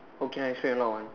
okay I still haven't on